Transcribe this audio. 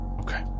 Okay